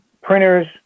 printers